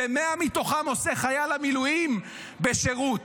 ו-100 מהם עושה חייל המילואים בשירות,